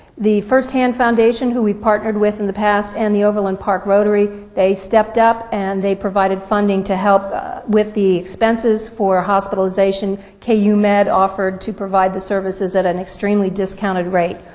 the first hand foundation, who we've partnered with in the past, and the overland park rotary, they stepped up and they provided funding to help ah with the expenses for hospitalization. k u. med offered to provide the services at an extremely discounted rate.